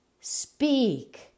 speak